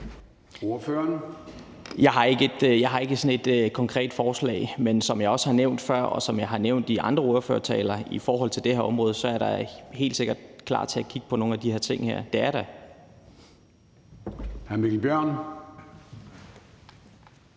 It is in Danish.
Jeg har ikke sådan et konkret forslag. Men som jeg også har nævnt før, og som jeg har nævnt i andre ordførertaler om det her område, er jeg da helt sikkert klar til at kigge på nogle af de her ting her. Det er jeg